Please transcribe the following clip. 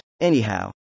Anyhow